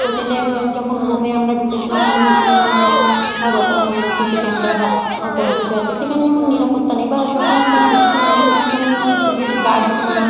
হোটেলে যখন রুমে আমরা ঢুকেছিলাম মনে হচ্ছিল যেন কোনো ও রকম সিসি ক্যামেরা বা কোনো কিছু আছে সেখানে যেমন নিরাপত্তা নেই বা যখন আমরা ঢুকছিলাম সেখানে কোনো সিকিউরিটি গার্ড ছিল না